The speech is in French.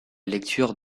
lecture